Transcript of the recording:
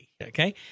Okay